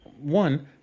one